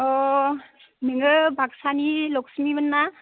अ नोङो बाक्सानि लक्समिमोन ना